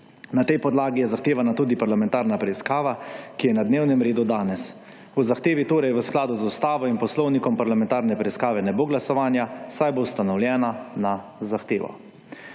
Na tej podlagi je zahtevana tudi parlamentarna preiskava, ki je na dnevnem redu danes. O zahtevi torej v skladu z ustavo in poslovnikom parlamentarne preiskave ne bo glasovanja, saj bo ustanovljena na zahtevo.